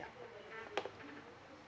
ya